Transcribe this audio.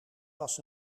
was